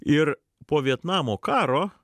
ir po vietnamo karo